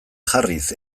jarriz